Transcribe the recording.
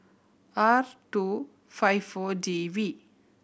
R two five Four D V